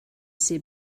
see